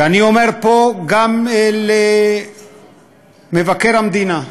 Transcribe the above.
ואני אומר פה, גם למבקר המדינה,